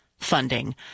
funding